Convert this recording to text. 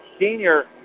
Senior